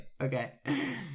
Okay